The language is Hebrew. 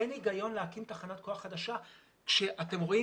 אין הגיון להקים תחנת כוח חדשה כשאתם רואים